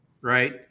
right